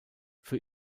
für